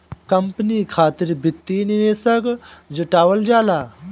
company खातिर वित्तीय निवेशक जुटावल जाला